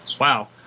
wow